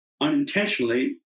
Unintentionally